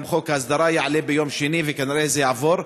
גם חוק ההסדרה יעלה ביום שני וכנראה יעבור.